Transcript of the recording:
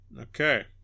Okay